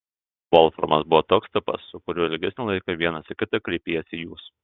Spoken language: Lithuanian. volframas buvo toks tipas su kuriuo ilgesnį laiką vienas į kitą kreipiesi jūs